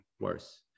worse